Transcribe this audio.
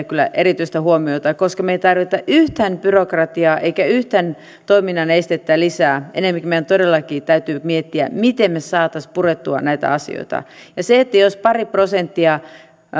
kyllä erityistä huomiota koska me emme tarvitse yhtään byrokratiaa emmekä yhtään toiminnan estettä lisää ennemminkin meidän todellakin täytyy miettiä miten me saisimme purettua näitä asioita ja jos pari prosenttia